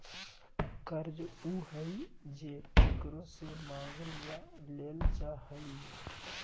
कर्ज उ हइ जे केकरो से मांगल या लेल जा हइ